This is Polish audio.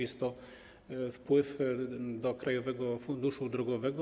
Jest to wpływ do Krajowego Funduszu Drogowego.